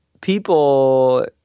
people